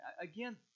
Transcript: again